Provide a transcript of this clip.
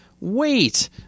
wait